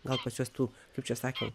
gal pas juos tų kaip čia sakė